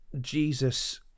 jesus